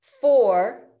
Four